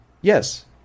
yes